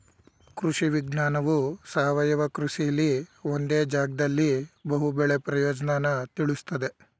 ಕೃಷಿ ವಿಜ್ಞಾನವು ಸಾವಯವ ಕೃಷಿಲಿ ಒಂದೇ ಜಾಗ್ದಲ್ಲಿ ಬಹು ಬೆಳೆ ಪ್ರಯೋಜ್ನನ ತಿಳುಸ್ತದೆ